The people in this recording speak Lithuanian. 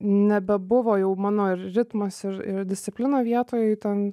nebebuvo jau mano ir ritmas ir ir disciplina vietoj ten